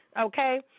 Okay